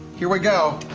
here we go.